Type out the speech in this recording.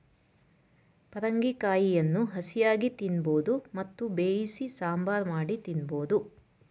ಪರಂಗಿ ಕಾಯಿಯನ್ನು ಹಸಿಯಾಗಿ ತಿನ್ನಬೋದು ಮತ್ತು ಬೇಯಿಸಿ ಸಾಂಬಾರ್ ಮಾಡಿ ತಿನ್ನಬೋದು